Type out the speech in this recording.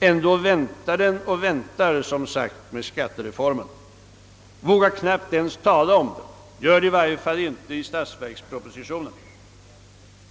Ändå väntar den, som sagt, med skattereformen, vågar knappt ens tala om den, gör det i varje fall inte i statsverkspropositionen.